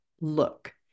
look